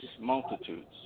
Multitudes